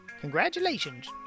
congratulations